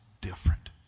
different